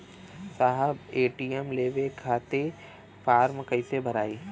साहब ए.टी.एम लेवे खतीं फॉर्म कइसे भराई?